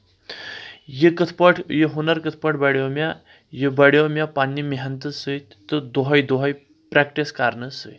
یہِ کِتھۍ پٲٹھۍ یہِ ہُنر کِتھ پٲٹھۍ بڑیو مےٚ یہِ بڑیو مےٚ پنٕنہِ محنتہٕ سۭتۍ تہٕ دۄہے دۄہے پرٛیکٹِس کرنہٕ سۭتۍ